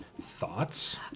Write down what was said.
thoughts